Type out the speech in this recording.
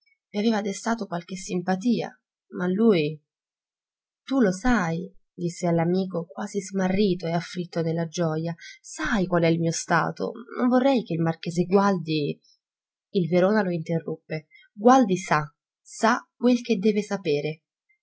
aveva destato qualche simpatia ma lui tu lo sai disse all'amico quasi smarrito e afflitto nella gioja sai qual è il mio stato non vorrei che il marchese gualdi il verona lo interruppe gualdi sa sa quel che deve sapere